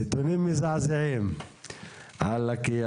נתונים מזעזעים על לקיה.